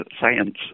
science